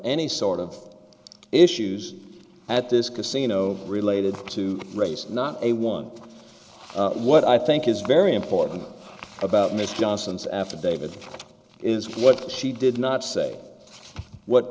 any sort of issues at this casino related to race not a one what i think is very important about ms johnson's affidavit is what she did not say what